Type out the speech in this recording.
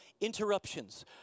interruptions